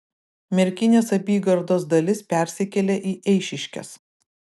merkinės apygardos dalis persikėlė į eišiškes